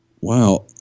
Wow